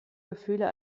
gefühle